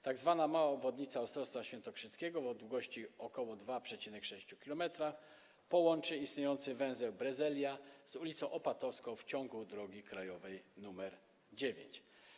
Tak zwana mała obwodnica Ostrowca Świętokrzyskiego o długości ok. 2,6 km połączy istniejący węzeł Brezelia z ulicą Opatowską w ciągu drogi krajowej nr 9.